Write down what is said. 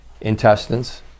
intestines